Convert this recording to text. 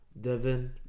Devin